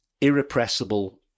irrepressible